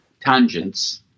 Tangents